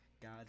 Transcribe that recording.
God